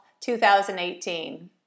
2018